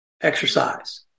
exercise